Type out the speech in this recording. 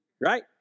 right